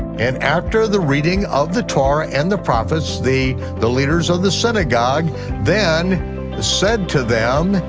and after the reading of the torah and the prophets, the the leaders of the synagogue then said to them,